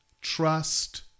Trust